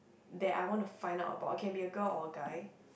that I want to find out about it can be a girl or a guy